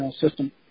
system